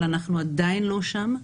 אבל אנחנו עדיין לא שם.